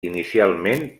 inicialment